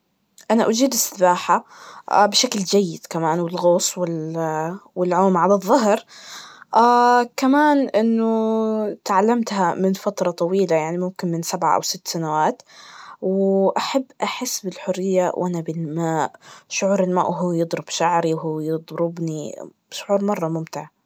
أنا أجيد السباحة بشكل جيد كمان والغوص وال- والعوم على الظهر كمان إنه تعلمتها منفترة طويلة, يعني ممكن من سبع أو ست سنوات, و أحب أحس بالحرية, وانا بالماء, شعور الماء وهو يضرب شعري, ويضربني شعور مرة ممتع.